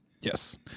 Yes